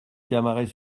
camaret